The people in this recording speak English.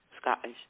Scottish